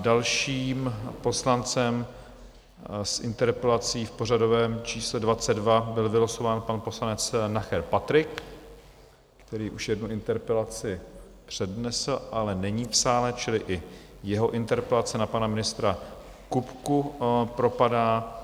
Dalším poslancem s interpelací v pořadovém čísle 22 byl vylosován pan poslanec Nacher Patrik, který už jednu interpelaci přednesl, ale není v sále, čili i jeho interpelace na pana ministra Kupku propadá.